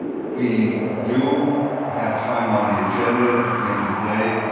we do have time on the agenda at the end of the day,